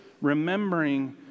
remembering